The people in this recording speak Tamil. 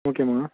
ஓகேமா